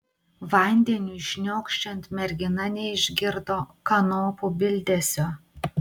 vandeniui šniokščiant mergina neišgirdo kanopų bildesio